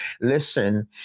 listen